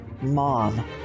mom